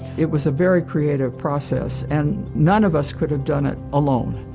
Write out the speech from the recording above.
it was a very creative process and none of us could have done it alone.